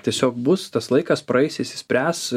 tiesiog bus tas laikas praeis išsispręs